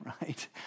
right